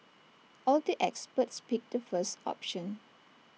all the experts picked the first option